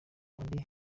abandi